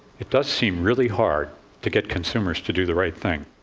it does seem really hard to get consumers to do the right thing.